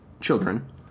children